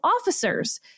officers